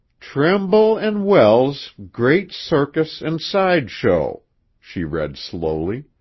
trimble and wells great circus and sideshow she read slowly.